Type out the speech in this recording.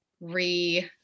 re